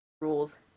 rules